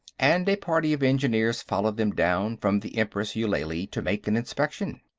and a party of engineers followed them down from the empress eulalie to make an inspection.